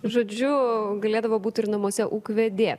žodžiu galėdavo būt ir namuose ūkvedė